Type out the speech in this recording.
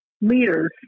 leaders